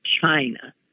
China